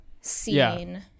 scene